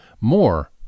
More